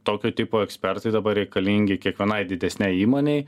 tokio tipo ekspertai dabar reikalingi kiekvienai didesnei įmonei